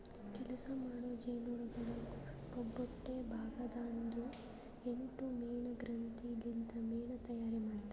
ಕೆಲಸ ಮಾಡೋ ಜೇನುನೊಣಗೊಳ್ ಕೊಬ್ಬೊಟ್ಟೆ ಭಾಗ ದಾಂದು ಎಂಟು ಮೇಣ ಗ್ರಂಥಿ ಲಿಂತ್ ಮೇಣ ತೈಯಾರ್ ಮಾಡ್ತಾರ್